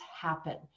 happen